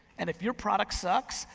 and if your product sucks,